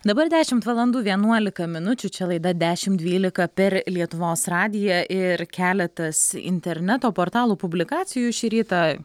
dabar dešimt valandų vienuolika minučių čia laida dešim dvylika per lietuvos radiją ir keletas interneto portalų publikacijų šį rytą